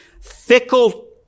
fickle